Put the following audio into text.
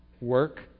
work